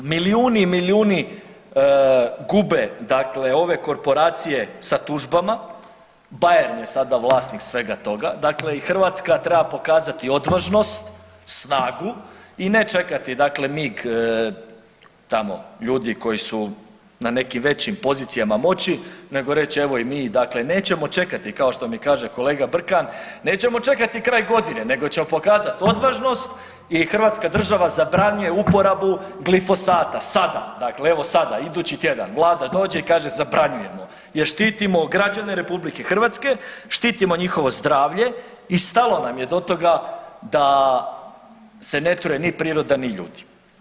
Milijuni i milijuni gube dakle ove korporacije sa tužbama, Bayer je sada vlasnik svega toga, dakle i Hrvatska treba pokazati odvažnost, snagu i ne čekati dakle mig tamo ljudi koji su na nekim većim pozicijama moći nego reći evo i mi dakle nećemo čekati kao što mi kaže kolega Brkan, nećemo čekati kraj godine nego ćemo pokazat odvažnost i hrvatska država zabranjuje uporabu glifosata sada, dakle evo sada, idući tjedan, vlada dođe i kaže zabranjujemo jer štitimo građane RH, štitimo njihovo zdravlje i stalo nam je do toga da se ne truje ni priroda ni ljudi.